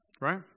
Right